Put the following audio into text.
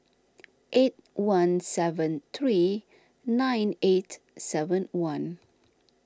eight one seven three nine eight seven one